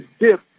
dip